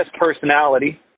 personality